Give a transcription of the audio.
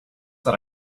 that